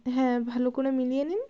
হ্যাঁ ভালো করে মিলিয়ে নিন